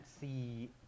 see